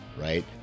right